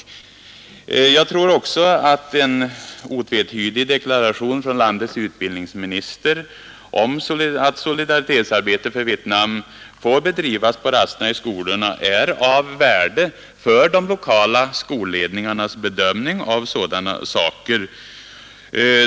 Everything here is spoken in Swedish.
Jag tror också att en otvetydig deklaration från landets utbildningsminister om att solidaritetsarbete för Vietnam får bedrivas på rasterna i skolan är av värde för de lokala skolledningarnas bedömning av sådana saker.